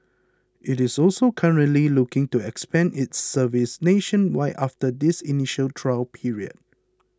it is also currently looking to expand its service nationwide after this initial trial period